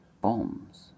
bombs